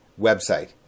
website